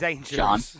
John